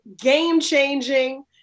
game-changing